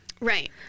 right